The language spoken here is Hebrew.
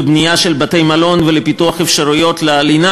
בניית בתי-מלון ופיתוח אפשרויות ללינה